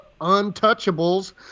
Untouchables